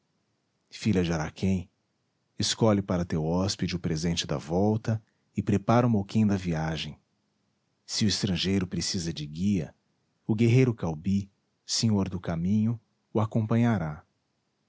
filha de araquém escolhe para teu hóspede o presente da volta e prepara o moquém da viagem se o estrangeiro precisa de guia o guerreiro caubi senhor do caminho o acompanhará